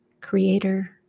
creator